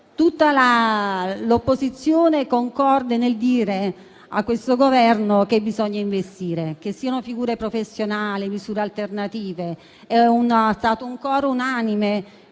tutta l'opposizione è concorde nel dire a questo Governo che bisogna investire, che siano figure professionali o misure alternative, è un coro unanime.